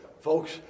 Folks